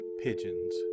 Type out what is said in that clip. pigeons